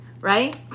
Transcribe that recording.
right